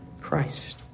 Christ